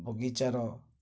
ବଗିଚାର